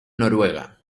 noruega